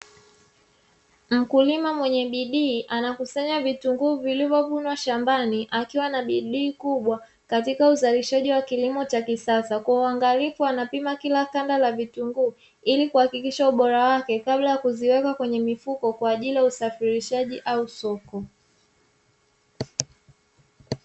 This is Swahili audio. Mkulima mwenye bidii anakusanya vitunguu vilivyovunwa shambani, akiwa na bidii kubwa katika uzalishaji wa kilimo cha kisasa, kwa uangalifu wanapima kila kanda la vitunguu ili kuhakikisha ubora wake kabla ya kuziweka kwenye mifuko kwaajili ya usafirishaji au soko.